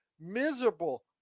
miserable